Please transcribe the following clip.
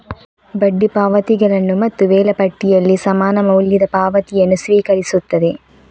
ಬಡ್ಡಿ ಪಾವತಿಗಳನ್ನು ಮತ್ತು ವೇಳಾಪಟ್ಟಿಯಲ್ಲಿ ಸಮಾನ ಮೌಲ್ಯದ ಪಾವತಿಯನ್ನು ಸ್ವೀಕರಿಸುತ್ತದೆ